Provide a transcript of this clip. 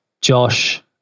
Josh